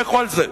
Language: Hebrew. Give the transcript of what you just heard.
לכו על זה.